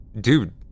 Dude